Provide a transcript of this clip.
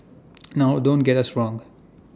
now don't get us wrong